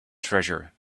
treasure